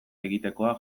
egitekoa